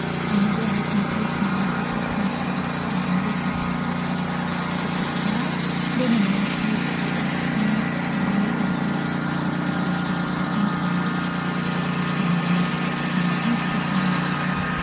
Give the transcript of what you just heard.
so i'm going to go ahead and place my zipper template on the zipper just like that then i'm going to place a couple of pins along the edges just to hold the zipper in place and then i'm going to grab my hand stitching needle